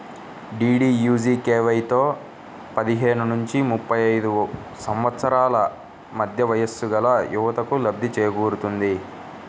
డీడీయూజీకేవైతో పదిహేను నుంచి ముప్పై ఐదు సంవత్సరాల మధ్య వయస్సుగల యువతకు లబ్ధి చేకూరుతుంది